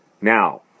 Now